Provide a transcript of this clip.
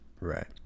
right